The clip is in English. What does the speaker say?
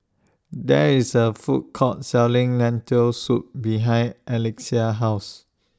There IS A Food Court Selling Lentil Soup behind Alexia's House